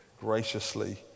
graciously